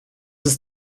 ist